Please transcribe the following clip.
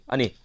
Ani